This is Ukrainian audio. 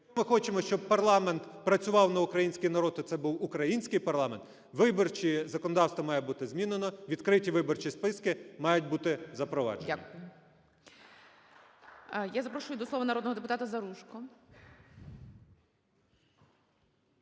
ми хочемо, щоб парламент працював на український народ і це був український парламент, виборче законодавство має бути змінено. Відкриті виборчі списки мають бути запроваджені. ГОЛОВУЮЧИЙ. Дякую. Я запрошую до слова народного депутатаЗаружко.